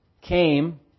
came